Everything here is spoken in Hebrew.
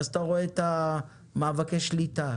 ואז אתה רואה את מאבקי השליטה,